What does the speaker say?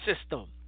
system